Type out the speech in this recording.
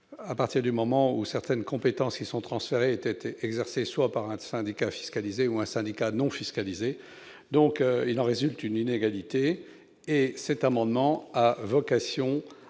à partir du moment où certaines compétences qui sont transférées étaient exercées soit par un syndicat fiscalisé, soit par un syndicat non fiscalisé. Il en résulte une inégalité. Cet amendement a donc